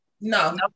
no